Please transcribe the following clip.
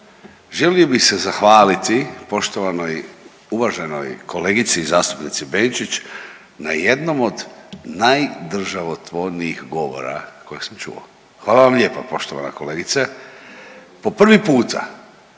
želio bih se zahvaliti poštovanoj, uvaženoj kolegici zastupnici Benčić na jednom od najdržavotvornijih govora koje sam čuo, hvala vam lijepa poštovana kolegice. Po prvi puta,